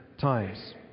times